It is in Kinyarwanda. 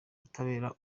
butabera